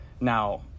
now